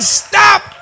stop